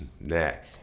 neck